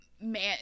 man